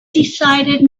decided